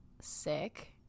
sick